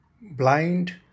blind